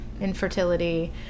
Infertility